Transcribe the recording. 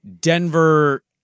Denver